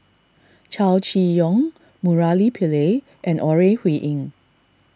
Chow Chee Yong Murali Pillai and Ore Huiying